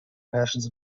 passions